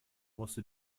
musste